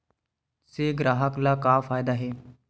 से ग्राहक ला का फ़ायदा हे?